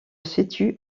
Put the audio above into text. situe